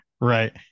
Right